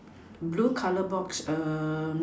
blue colour box